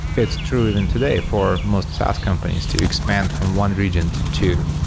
it's true even today for most saas companies to expand from one region to two,